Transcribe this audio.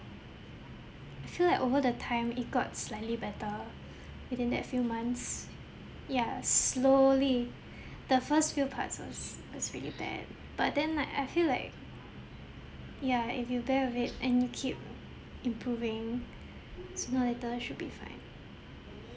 I feel like over the time it got slightly better within that few months ya slowly the first few parts was was really bad but then like I feel like ya if you bear with it and you keep improving sooner or later should be fine